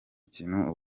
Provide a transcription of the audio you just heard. kintu